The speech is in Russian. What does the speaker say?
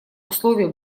условий